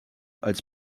als